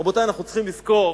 רבותי, אנחנו צריכים לזכור: